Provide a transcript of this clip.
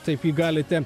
taip jį galite